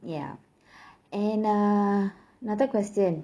ya and uh another question